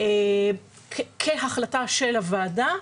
כהחלטה של הוועדה,